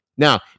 Now